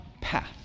path